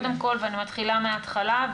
ואני מתחילה מהתחלה.